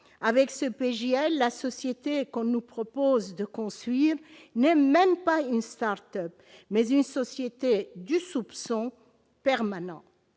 Avec ce texte, la société qu'on nous propose de construire n'est même pas une start-up, mais une société du soupçon permanent,